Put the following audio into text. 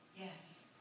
yes